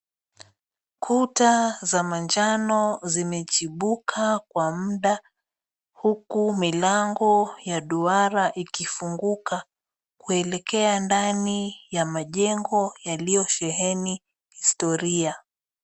Kuta za manjano zimechibuka kwa muda huku milango ya duara ikifunguka kuelekea ndani ya majengo yaliyosheheni historia.